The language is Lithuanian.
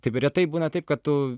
taip retai būna taip kad tu